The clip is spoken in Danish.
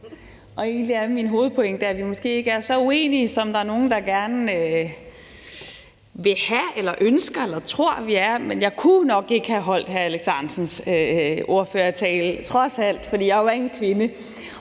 min hovedpointe, at vi måske ikke er så uenige, som der er nogle, der gerne vil have eller ønsker eller tror, vi er, men jeg kunne nok ikke have holdt hr. Alex Ahrendtsens ordførertale, trods alt, fordi jeg jo er en kvinde,